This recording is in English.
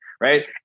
right